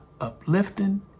uplifting